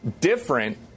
different